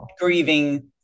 grieving